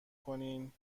کنین